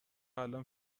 الان